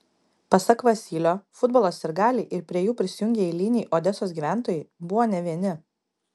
pasak vasylio futbolo sirgaliai ir prie jų prisijungę eiliniai odesos gyventojai buvo ne vieni